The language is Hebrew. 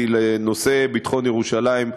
כי לנושא ביטחון ירושלים,